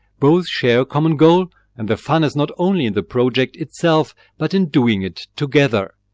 both share a common goal and the fun is not only in the project itself but in doing it together.